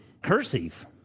Cursive